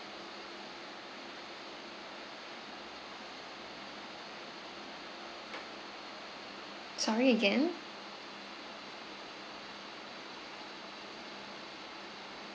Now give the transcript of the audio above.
sorry again